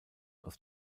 aus